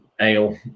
ale